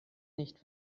nicht